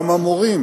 גם המורים,